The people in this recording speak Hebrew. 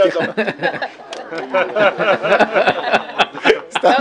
הצבעה בעד הרביזיה אין